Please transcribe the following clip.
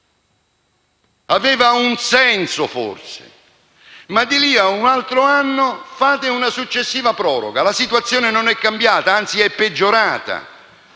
aveva un senso, ma di lì a un altro anno avete disposto una successiva proroga e la situazione non è cambiata, anzi è peggiorata,